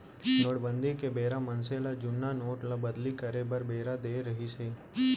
नोटबंदी के बेरा मनसे ल जुन्ना नोट ल बदली करे बर बेरा देय रिहिस हे